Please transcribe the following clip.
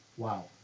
wow